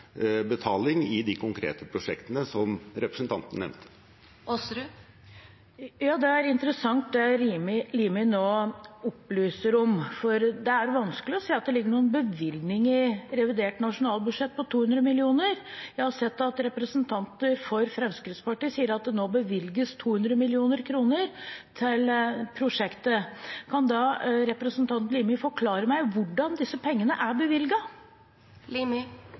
betaling i de konkrete prosjektene som representanten nevnte. Det er interessant, det representanten Limi nå opplyser om, for det er vanskelig å se at det ligger noen bevilgning i revidert nasjonalbudsjett på 200 mill. kr. Jeg har sett at representanter for Fremskrittspartiet sier at det nå bevilges 200 mill. kr til prosjektet. Kan da representanten Limi forklare meg hvordan disse pengene er